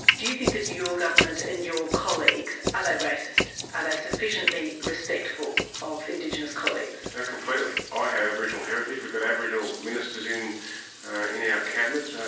do you think that your government and your colleagues, are they racist, are they sufficiently respectful of indigenous colleagues? ah completely. i have aboriginal heritage, we've got aboriginal ministers in in our cabinet. ah